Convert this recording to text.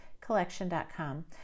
collection.com